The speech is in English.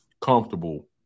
comfortable